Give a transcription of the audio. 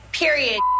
period